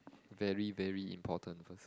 very very important